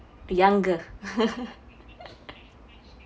younger